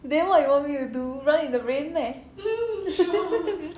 then what you want me to do run in the rain meh